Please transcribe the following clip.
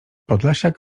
podlasiak